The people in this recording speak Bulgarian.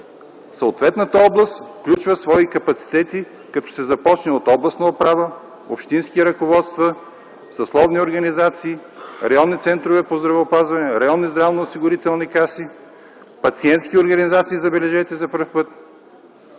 съответната област включва свои капацитети като се започне от областна управа, общински ръководства, съсловни организации, районни центрове по здравеопазване, районни здравноосигурителни каси, и забележете за първи път